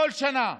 כל שנה.